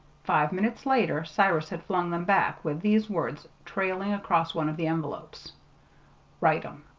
five minutes later cyrus had flung them back with these words trailing across one of the envelopes write um.